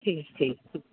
ठीकु ठीकु